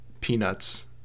Peanuts